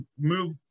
move